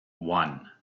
one